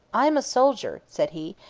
i am a soldier, said he,